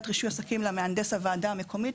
רישוי עסקים למהנדס הוועדה המקומית.